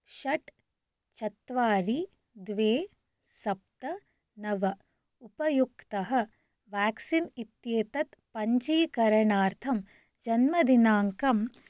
षट् चत्वारि द्वे सप्त नव उपयुक्तः व्याक्सीन् इत्येतत् पञ्जीकरणार्थं जन्मदिनाङ्कं